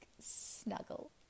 snuggle